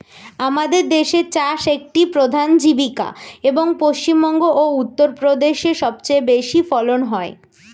আমাদের দেশে চাষ একটি প্রধান জীবিকা, এবং পশ্চিমবঙ্গ ও উত্তরপ্রদেশে সবচেয়ে বেশি ফলন হয়